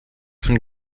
von